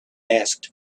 asked